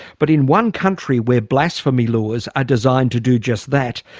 but in one country where blasphemy laws are designed to do just that,